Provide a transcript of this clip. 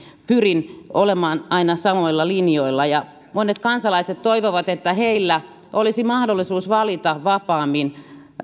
pyrin olemaan aina samoilla linjoilla monet kansalaiset toivovat että heillä olisi mahdollisuus valita vapaammin